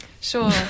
Sure